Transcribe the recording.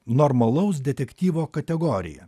normalaus detektyvo kategoriją